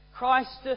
Christ